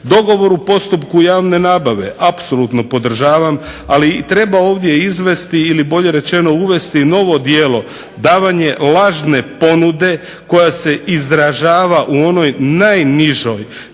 Dogovor u postupku javne nabave apsolutno podržavam, ali treba ovdje izvesti ili bolje rečeno uvesti novo djelo, davanje lažne ponude koja se izražava u onoj najnižoj